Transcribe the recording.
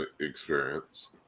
experience